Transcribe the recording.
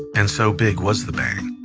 and so big was the bang,